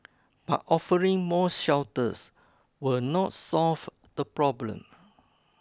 but offering more shelters will not solve the problem